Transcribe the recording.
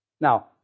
Now